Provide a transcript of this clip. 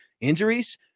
injuries